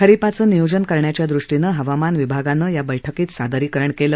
खरिपाचं नियोजन करण्याच्या दृष्टीनं हवामान विभागानं या बैठकीत सादरीकरण केलं